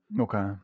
okay